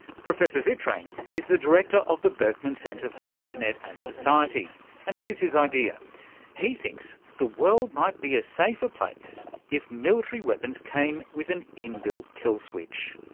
professor zittrain is the director of the berkman center for internet and society and here's his idea he thinks the world might be a safer place if military weapons came with an inbuilt kill switch.